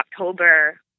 October